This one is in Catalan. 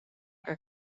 que